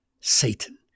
Satan